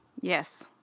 Yes